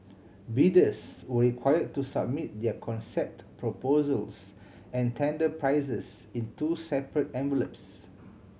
bidders were require to submit their concept proposals and tender prices in two separate envelopes